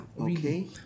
Okay